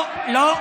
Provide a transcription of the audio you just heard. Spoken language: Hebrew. לא, לא.